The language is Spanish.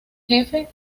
jefe